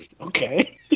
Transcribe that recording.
Okay